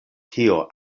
kio